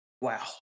Wow